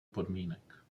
podmínek